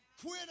quit